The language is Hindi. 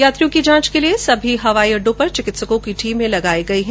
यात्रियों की जांच के लिए सभी हवाई अड़डों पर चिकित्सकों की टीमें लगाई गई है